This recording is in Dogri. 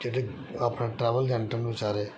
क्योंकि अपने ट्रैवल एजेंट न बेचारे